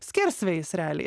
skersvėjis realiai